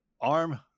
ARM